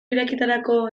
irekietarako